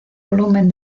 volumen